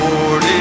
Lord